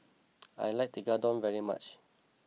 I like Tekkadon very much